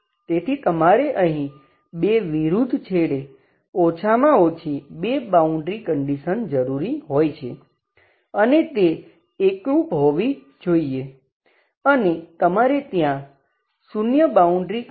તેથી તમારે અહીં બે વિરુદ્ધ છેડે ઓછામાં ઓછી બે બાઉન્ડ્રી કંડિશન જરૂરી હોય છે અને તે એકરૂપ હોવી જોઈએ અને તમારે ત્યાં શૂન્ય બાઉન્ડ્રી કંડિશન જોઈએ છે બરાબર